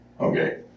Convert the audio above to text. Okay